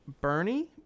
Bernie